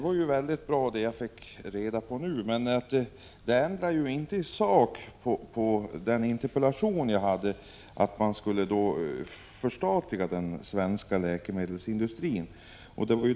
Fru talman! Det jag fick reda på nu var bra, men det ändrar ju ingenting i sak beträffande min interpellation om att förstatliga den svenska läkemedelsindustrin.